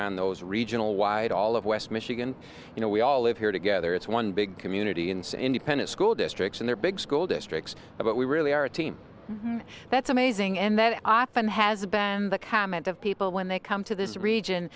on those regional wide all of west michigan you know we all live here together it's one big community in cindy pena school districts and they're big school districts but we really are a team that's amazing and that i found has been the comment of people when they come to this region